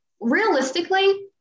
realistically